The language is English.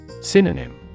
Synonym